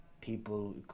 people